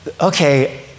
okay